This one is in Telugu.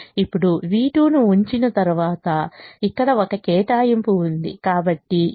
ఇప్పుడు v2 ను ఉంచిన తరువాత ఇక్కడ ఒక కేటాయింపు ఉంది కాబట్టి u2 v2 3 u2 6 3